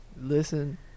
listen